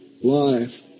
life